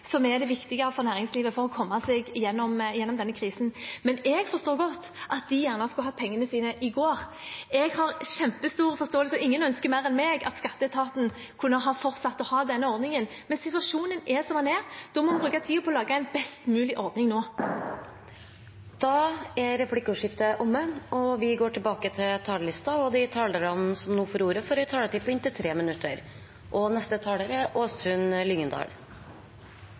som er det viktige for næringslivet for å komme seg gjennom denne krisen. Jeg forstår godt at de gjerne skulle hatt pengene sine i går. Jeg har kjempestor forståelse for det. Ingen ønsker mer enn meg at Skatteetaten kunne fortsatt å ha denne ordningen, men situasjonen er som den er. Da må vi bruke tiden på å lage en best mulig ordning nå. Replikkordskiftet er omme. De talere som heretter får ordet, har en taletid på inntil 3 minutter. Når det gjelder den saken vi skal behandle i dag, er